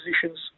positions